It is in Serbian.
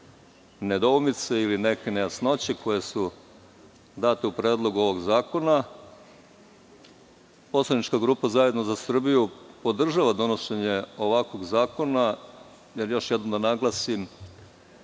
nedoumice ili neke nejasnoće, koje su date u predlogu ovog zakona. Poslanička grupa ZZS podržava donošenje ovakvog zakona. Još jednom da naglasim,